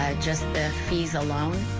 ah just the fees alone,